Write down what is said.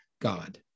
God